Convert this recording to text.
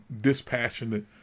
dispassionate